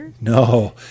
No